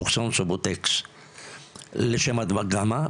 לשם הדגמה,